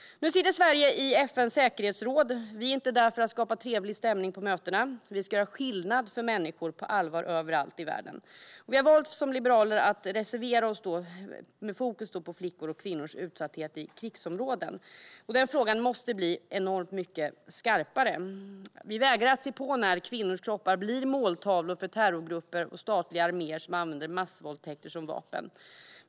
Nu sitter Sverige i FN:s säkerhetsråd. Vi är inte där för att skapa trevlig stämning på mötena. Vi ska göra skillnad för människor på allvar överallt i världen. Vi liberaler har valt att reservera oss med fokus på flickors och kvinnors utsatthet i krigsområden. Denna fråga måste bli enormt mycket skarpare. Vi vägrar att se på när kvinnors kroppar blir måltavlor för terrorgrupper och statliga arméer som använder massvåldtäkter som vapen.